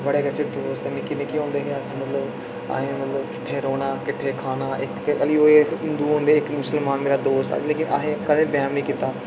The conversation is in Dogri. बड़े अच्छे दोस्त मतलब जेल्लै निक्के निक्के होंदे हे अस असें मतलब रौह्ना किट्ठे खाना इक्क गै हल्ली एह् दौं होंदे इक्क मुसलमान मेरा दोस्त ऐ मिगी असें कदें बैह्म निं कीता